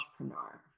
entrepreneur